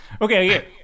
Okay